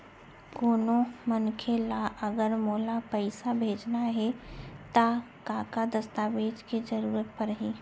कोनो मनखे ला अगर मोला पइसा भेजना हे ता का का दस्तावेज के जरूरत परही??